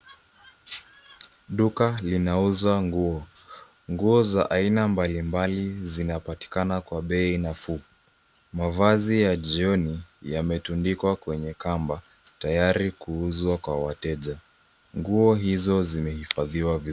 Duka linauza nguo, nguo za aina mbalimbali zina patikana kwa bei nafuu. Mavazi ya jioni yametundikwa kwenye kamba tayari kuuzwa kwa wateja. Nguo hizo zime hifadhiwa vizuri.